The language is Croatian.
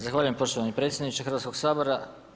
Zahvaljujem poštovani predsjedniče Hrvatskog sabora.